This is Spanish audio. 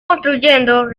construyendo